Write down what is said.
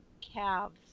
calves